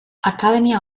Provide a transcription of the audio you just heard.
akademia